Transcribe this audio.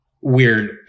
weird